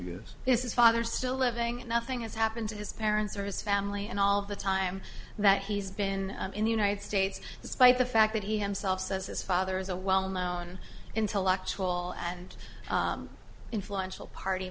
this is father still living and nothing has happened to his parents or his family and all of the time that he's been in the united states despite the fact that he himself says his father is a well known intellectual and influential party